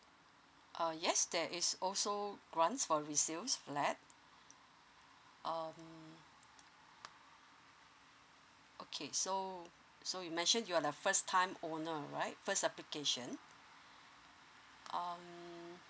uh yes that is also grants for resales flat um okay so so you mentioned you are the first time owner right first application um